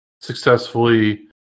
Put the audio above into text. successfully